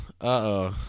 Uh-oh